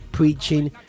preaching